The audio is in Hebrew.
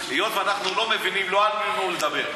היות שאנחנו לא מבינים, לא עלינו לדבר.